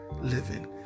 living